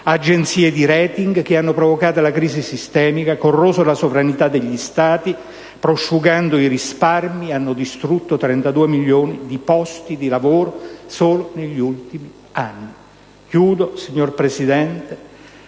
agenzie di *rating* che hanno provocato la crisi sistemica e corroso la sovranità degli Stati, prosciugando i risparmi e distruggendo 32 milioni di posti di lavoro solo negli ultimi anni. Concludo affermando,